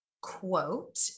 quote